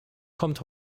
kommt